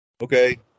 Okay